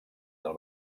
del